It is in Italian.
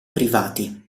privati